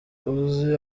uzi